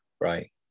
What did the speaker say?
right